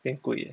damn 贵 eh